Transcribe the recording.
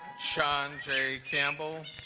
sean j campbell